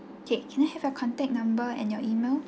okay can I have your contact number and your email